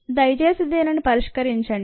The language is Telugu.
దయచేసి దీనిని పరిష్కరించండి